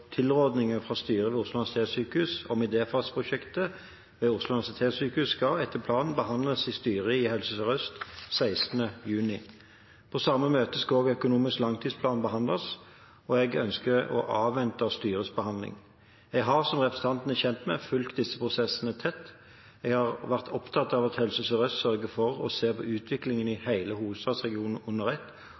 fra styret ved Oslo universitetssykehus om idéfaseprosjektet ved Oslo universitetssykehus skal etter planen behandles i styret i Helse Sør-Øst 16. juni. På samme møte skal også økonomisk langtidsplan behandles. Jeg ønsker å avvente styrets behandling. Jeg har, som representanten er kjent med, fulgt disse prosessene tett. Jeg har vært opptatt av at Helse Sør-Øst sørger for å se på utviklingen i hele hovedstadsregionen under ett,